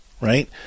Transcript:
right